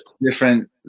different